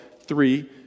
three